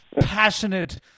passionate